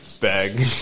bag